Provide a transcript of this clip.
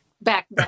back